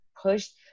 pushed